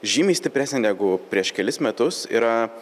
žymiai stipresnė negu prieš kelis metus yra